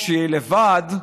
כשהיא לבד,